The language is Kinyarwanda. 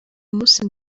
munsi